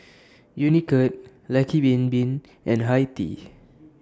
Unicurd Lucky Bin Bin and Hi Tea